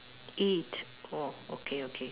eight oh okay okay